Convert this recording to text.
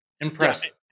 Impressive